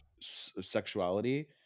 sexuality